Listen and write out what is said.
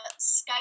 Skype